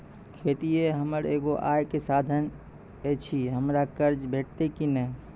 खेतीये हमर एगो आय के साधन ऐछि, हमरा कर्ज भेटतै कि नै?